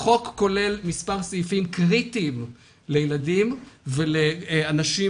החוק כולל מספר סעיפים קריטיים לילדים וגם לאנשים